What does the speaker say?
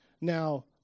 Now